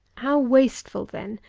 how wasteful, then,